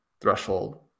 threshold